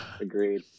Agreed